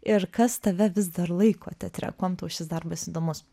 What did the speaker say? ir kas tave vis dar laiko teatre kuom tau šis darbas įdomus